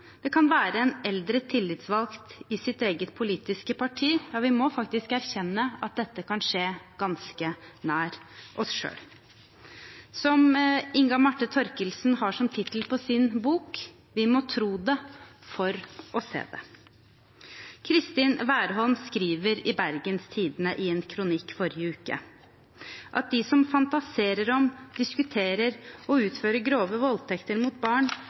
Det kan være en eldre tillitsvalgt i ens eget politiske parti. Ja, vi må faktisk erkjenne at dette kan skje ganske nær oss selv – som Inga Marte Thorkildsen har som tittel på sin bok: Du ser det ikke før du tror det. Kristin Værholm skrev forrige uke i en kronikk i Bergens Tidende: «At de som fantaserer om, diskuterer og utfører grove voldtekter mot barn,